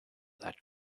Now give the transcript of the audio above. that